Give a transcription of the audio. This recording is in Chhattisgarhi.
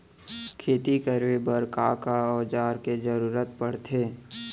खेती करे बर का का औज़ार के जरूरत पढ़थे?